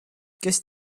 gest